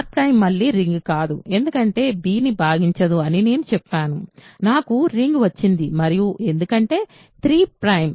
R ′ మళ్లీ ring కాదు ఎందుకంటే b ని 3 భాగించదు అని నేను చెప్పాను నాకు రింగ్ వచ్చింది మరియు ఎందుకంటే 3 ప్రైమ్